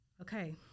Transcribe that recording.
Okay